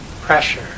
Pressure